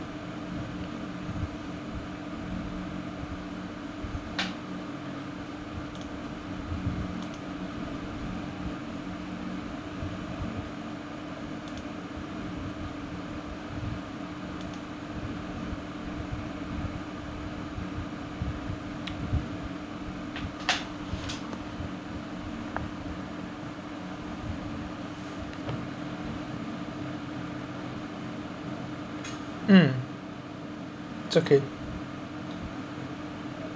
mm it's okay